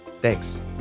Thanks